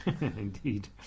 indeed